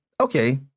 Okay